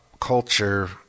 culture